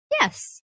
Yes